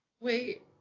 Wait